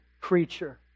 creature